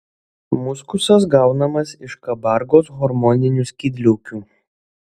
muskusas gaunamas iš kabargos hormoninių skydliaukių